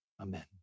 Amen